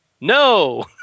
No